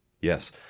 Yes